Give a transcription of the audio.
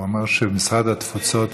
הוא אמר שמשרד התפוצות,